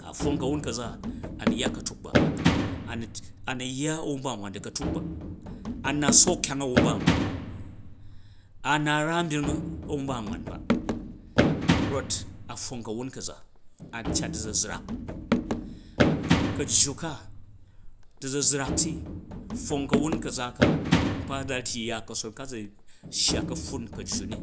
Ka pfong ka̱wun ka̱za a̱nu̱ yya a̱ka̱tuk ba a̱nu yya a̱wamba wan du̱ka̱tuk ba an nat sook kyang a̱wumba wan ba an nat ra a̱nbyring a̱wumba wan ba an nat ra a̱nbyring a̱wumba wan ba rot a pfong ka̱wun ka̱za, a cat du̱zuzrak ka̱jju ka du̱zuzrak ti, pfong ka̱wun ka̱za ka nkpa za tyi ya ka̱son zka zu shya ka̱pffun ka̱jju ni,